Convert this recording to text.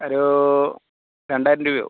ഒരു രണ്ടായിരം രൂപ ആവും